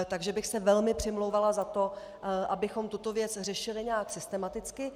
Takže bych se velmi přimlouvala za to, abychom tuto věc řešili nějak systematicky.